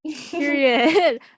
Period